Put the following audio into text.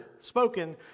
spoken